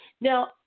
Now